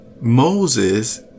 Moses